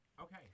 Okay